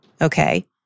okay